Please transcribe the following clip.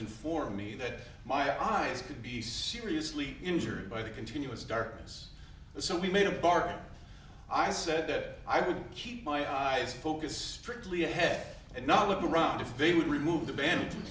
informed me that my eyes could be seriously injured by the continuous darkness so we made a bargain i said i would keep my eyes focused strictly ahead and not look around if they would remove the band